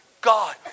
God